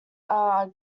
are